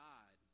God